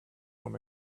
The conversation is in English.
from